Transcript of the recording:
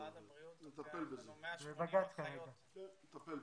נטפל בזה.